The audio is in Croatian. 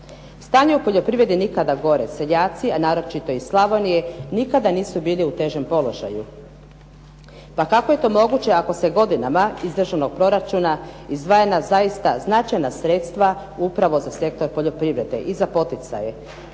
Stanje u poljoprivredi je nikada gore. Seljaci, a naročito iz Slavonije nikada nisu bili u težem položaju. Pa kako je to moguće ako se godinama iz državnog proračuna izdvajana zaista značajna sredstva upravo za sektor poljoprivrede i za poticaje?